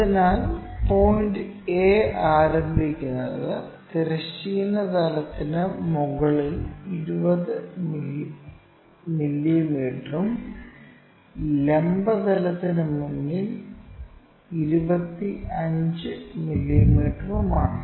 അതിനാൽ point A ആരംഭിക്കുന്നത് തിരശ്ചീന തലത്തിന് മുകളിൽ 20 മില്ലീമീറ്ററും ലംബ തലത്തിന് മുന്നിൽ 25 മില്ലീമീറ്ററുമാണ്